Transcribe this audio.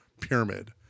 pyramid